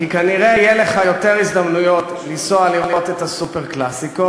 כי כנראה יהיו לך יותר הזדמנויות לנסוע לראות את הסופר-קלאסיקו,